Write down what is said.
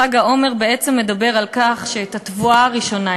חג העומר בעצם מדבר על כך שאת התבואה הראשונה,